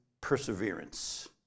perseverance